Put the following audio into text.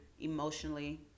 emotionally